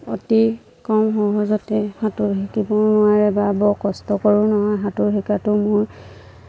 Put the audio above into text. অতি কম সহজতে সাঁতোৰ শিকিবও নোৱাৰে বা বৰ কষ্টকৰো নহয় সাঁতোৰ শিকাটো মোৰ